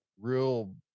real